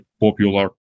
popular